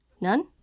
None